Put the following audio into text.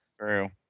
true